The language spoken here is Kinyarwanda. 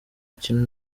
kintu